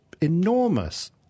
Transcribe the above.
enormous